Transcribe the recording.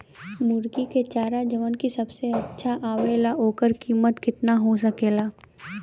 मुर्गी के चारा जवन की सबसे अच्छा आवेला ओकर कीमत केतना हो सकेला?